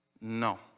No